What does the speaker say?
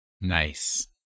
Nice